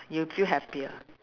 you feel happier